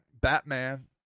Batman